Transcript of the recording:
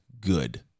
good